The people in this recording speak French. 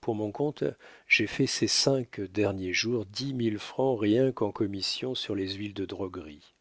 pour mon compte j'ai fait ces cinq derniers jours dix mille francs rien qu'en commissions sur les huiles de droguerie